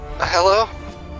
Hello